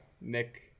Nick